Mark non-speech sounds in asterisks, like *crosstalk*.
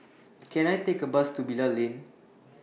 Can I *noise* Take A Bus to Bilal Lane